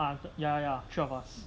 ya ya three of us